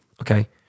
Okay